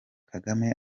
kagame